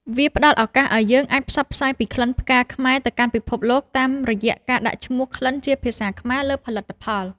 វាផ្ដល់ឱកាសឱ្យយើងអាចផ្សព្វផ្សាយពីក្លិនផ្កាខ្មែរទៅកាន់ពិភពលោក តាមរយៈការដាក់ឈ្មោះក្លិនជាភាសាខ្មែរលើផលិតផល។